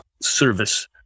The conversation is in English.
service